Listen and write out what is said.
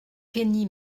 kenny